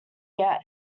yet